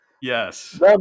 Yes